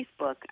Facebook